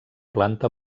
planta